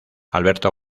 alberto